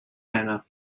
anna